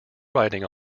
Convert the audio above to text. writing